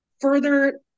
further